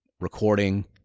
recording